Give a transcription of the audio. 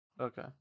Okay